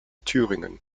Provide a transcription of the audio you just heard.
thüringen